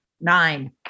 nine